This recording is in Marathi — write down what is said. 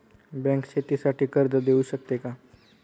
बँक शेतीसाठी कर्ज देऊ शकते का?